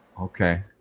Okay